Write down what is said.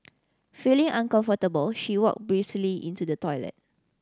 feeling uncomfortable she walked briskly into the toilet